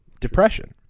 Depression